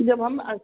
जब हम